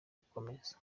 gukomeza